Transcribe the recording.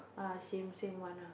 ah same same one ah